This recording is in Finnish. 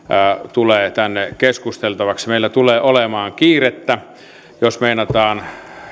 tulee tänne keskusteltavaksi meillä tulee olemaan kiirettä jos meinataan